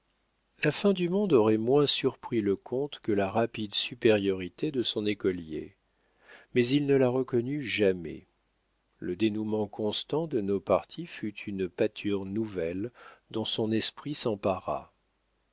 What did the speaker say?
la fin du monde aurait moins surpris le comte que la rapide supériorité de son écolier mais il ne la reconnut jamais le dénoûment constant de nos parties fut une pâture nouvelle dont son esprit s'empara